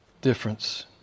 difference